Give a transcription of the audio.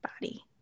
body